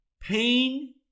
pain